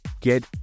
get